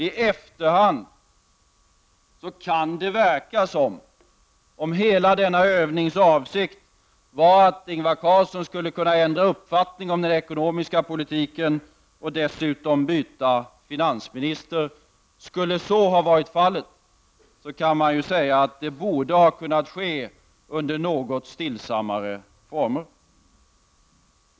I efterhand kan det verka som om hela denna övnings avsikt var att Ingvar Carlsson skulle kunna ändra uppfattning om den ekonomiska politiken och dessutom byta finansminister. Skulle så ha varit fallet kan man ju säga att detta borde ha kunnat ske under något stillsammare former.